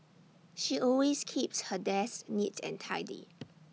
she always keeps her desk neat and tidy